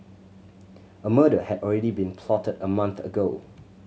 a murder had already been plotted a month ago